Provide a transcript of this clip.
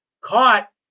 caught